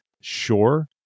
sure